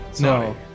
no